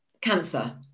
cancer